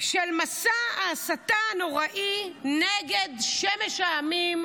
של מסע ההסתה הנוראי נגד שמש העמים,